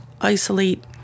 isolate